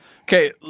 Okay